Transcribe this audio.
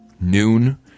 noon